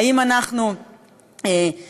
האם אנחנו עוצרים,